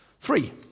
three